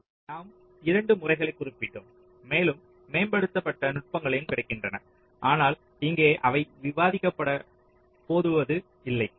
இங்கே நாம் ஒரு இரண்டு முறைகளை குறிப்பிட்டோம் மேலும் மேம்படுத்தபட்ட நுட்பங்களும் கிடைக்கின்றன ஆனால் இங்கே அதை விவாதிக்கப்பட போவது இல்லை